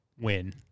win